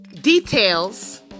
details